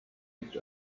each